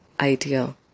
idea